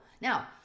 Now